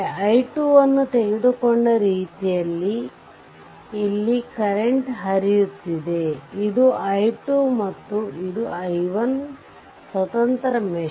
i2 ಅನ್ನು ತೆಗೆದುಕೊಂಡ ರೀತಿಯಲ್ಲಿ ಇಲ್ಲಿ ಕರೆಂಟ್ ಹರಿಯುತ್ತಿದೆ ಇದು i2 ಮತ್ತು ಇದು i1 ಸ್ವತಂತ್ರ ಮೆಶ್